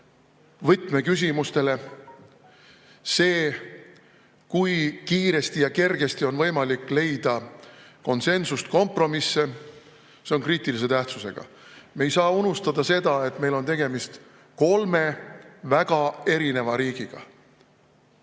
võtmeküsimustele, see, kui kiiresti ja kergesti on võimalik leida konsensust, kompromisse, on kriitilise tähtsusega. Me ei saa unustada seda, et meil on tegemist kolme väga erineva riigiga.